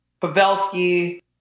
Pavelski